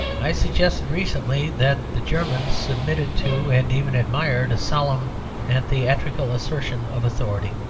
i suggested recently that the germans submitted to, and even admired, a solemn and theatrical assertion of authority.